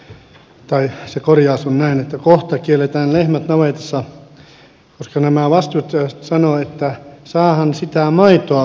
se korjaus on näin että kohta kielletään lehmät navetassa koska nämä vastustajat sanovat että saahan sitä maitoa kaupasta